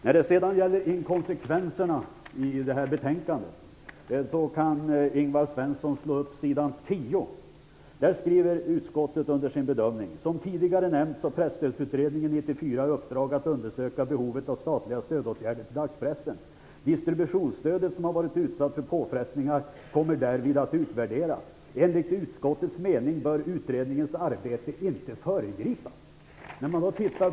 När det gäller inkonsekvenserna i betänkandet vill jag be Ingvar Svensson att slå upp s. 10. Där skriver utskottet: ''Som tidigare nämnts har Distributionsstödet, som varit utsatt för påfrestningar, kommer därvid att utvärderas. Enligt utskottets mening bör utredningens arbete inte föregripas.''